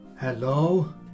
Hello